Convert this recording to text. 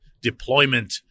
deployment